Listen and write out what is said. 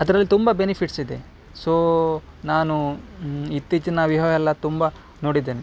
ಅರಲ್ಲಿ ತುಂಬ ಬೆನಿಫಿಟ್ಸ್ ಇದೆ ಸೋ ನಾನು ಇತ್ತೀಚಿನ ವಿವಾಹಯೆಲ್ಲ ತುಂಬ ನೋಡಿದ್ದೇನೆ